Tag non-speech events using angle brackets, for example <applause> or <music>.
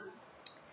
<noise>